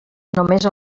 només